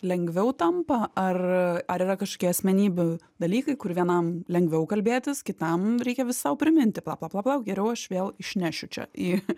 lengviau tampa ar ar yra kažkokie asmenybių dalykai kur vienam lengviau kalbėtis kitam reikia vis sau priminti pala pala palauk geriau aš vėl išnešiu čia į